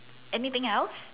anything else